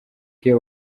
iyo